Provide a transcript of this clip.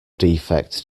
defect